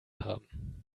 haben